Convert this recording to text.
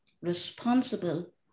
responsible